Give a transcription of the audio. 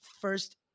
first